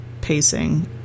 pacing